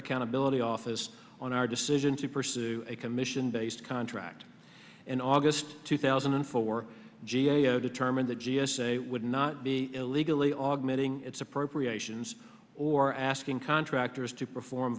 accountability office on our decision to pursue a commission based contract in august two thousand and four g a o determined that g s a would not be illegally augmenting its appropriations or asking contractors to perform